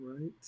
right